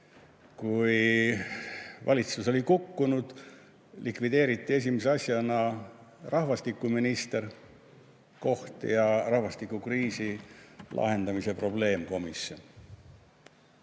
Kui valitsus oli kukkunud, likvideeriti esimese asjana rahvastikuministri koht ja rahvastikukriisi lahendamise probleemkomisjoni. Mäletate,